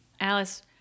Alice